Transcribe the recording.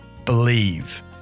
believe